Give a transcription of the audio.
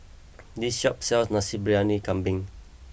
this shop sells Nasi Briyani Kambing